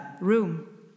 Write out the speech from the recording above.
room